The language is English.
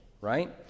right